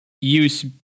use